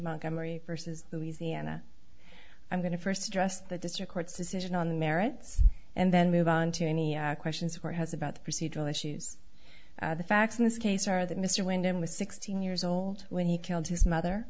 montgomery versus louisiana i'm going to first address the district court's decision on the merits and then move on to any questions or has about the procedural issues the facts in this case are that mr wyndham was sixteen years old when he killed his mother